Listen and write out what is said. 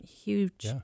huge